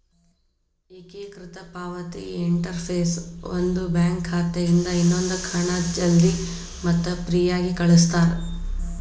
ಏಕೇಕೃತ ಪಾವತಿ ಇಂಟರ್ಫೇಸ್ ಒಂದು ಬ್ಯಾಂಕ್ ಖಾತೆಯಿಂದ ಇನ್ನೊಂದಕ್ಕ ಹಣ ಜಲ್ದಿ ಮತ್ತ ಫ್ರೇಯಾಗಿ ಕಳಸ್ತಾರ